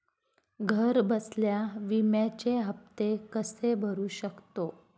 घरबसल्या विम्याचे हफ्ते कसे भरू शकतो?